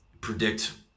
predict